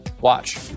Watch